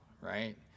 Right